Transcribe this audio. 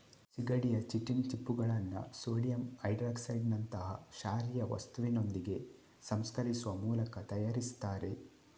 ಸೀಗಡಿಯ ಚಿಟಿನ್ ಚಿಪ್ಪುಗಳನ್ನ ಸೋಡಿಯಂ ಹೈಡ್ರಾಕ್ಸೈಡಿನಂತಹ ಕ್ಷಾರೀಯ ವಸ್ತುವಿನೊಂದಿಗೆ ಸಂಸ್ಕರಿಸುವ ಮೂಲಕ ತಯಾರಿಸ್ತಾರೆ